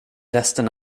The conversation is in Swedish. resten